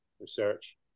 research